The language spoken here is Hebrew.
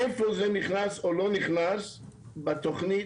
איפה זה נכנס או לא נכנס בתוכנית